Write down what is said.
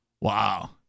Wow